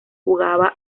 jugaba